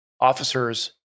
officers